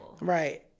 Right